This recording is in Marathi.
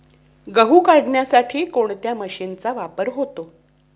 गहू काढण्यासाठी कोणत्या मशीनचा वापर होतो?